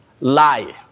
lie